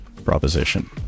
Proposition